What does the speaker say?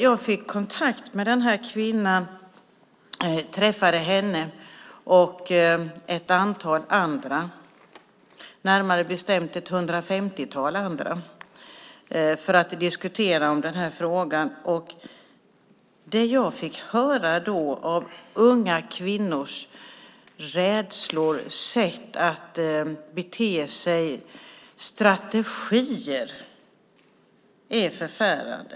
Jag fick kontakt med den här kvinnan. Jag träffade henne och ett antal andra, närmare bestämt ett hundrafemtiotal andra, för att diskutera den här frågan. Det jag fick höra om unga kvinnors rädslor, sätt att bete sig och strategier är förfärande.